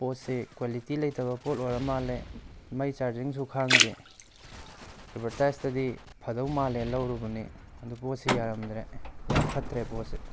ꯄꯣꯠꯁꯦ ꯀ꯭ꯋꯥꯂꯤꯇꯤ ꯂꯩꯇꯕ ꯄꯣꯠ ꯑꯣꯏꯔ ꯃꯥꯜꯂꯦ ꯃꯩ ꯆꯥꯔꯖꯤꯡꯁꯨ ꯈꯥꯡꯗꯦ ꯑꯦꯠꯚꯔꯇꯥꯏꯁꯇꯗꯤ ꯐꯗꯧ ꯃꯥꯜꯂꯦꯅ ꯂꯧꯔꯨꯕꯅꯤ ꯑꯗꯣ ꯄꯣꯠꯁꯦ ꯌꯥꯔꯝꯗ꯭ꯔꯦ ꯌꯥꯝ ꯐꯠꯇ꯭ꯔꯦ ꯄꯣꯠꯁꯦ